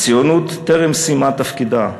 "הציונות טרם סיימה תפקידה.